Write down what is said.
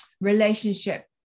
relationship